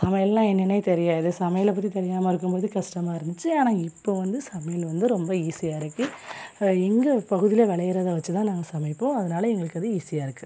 சமையல்னால் என்னன்னே தெரியாது சமையலை பற்றி தெரியாமல் இருக்கும் போது கஷ்டமா இருந்துச்சு ஆனால் இப்போ வந்து சமையல் வந்து ரொம்ப ஈஸியாக இருக்குது எங்கள் பகுதியில் விளையிறத வச்சு தான் நாங்கள் சமைப்போம் அதனால எங்களுக்கு அது ஈஸியாக இருக்குது